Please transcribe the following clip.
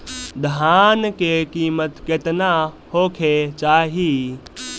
धान के किमत केतना होखे चाही?